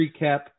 recap